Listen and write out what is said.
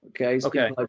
Okay